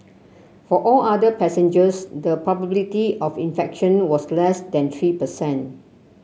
for all other passengers the probability of infection was less than three per cent